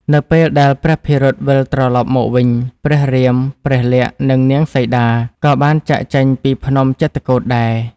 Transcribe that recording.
នៅពេលដែល ព្រះភិរុត វិលត្រឡប់មកវិញ ព្រះរាម ព្រះលក្សណ៍ និងនាងសីតា ក៏បានចាកចេញពីភ្នំចិត្រកូដដែរ។